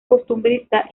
costumbrista